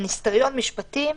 לגבי מיניסטריון משפטים,